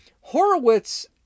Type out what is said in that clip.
Horowitz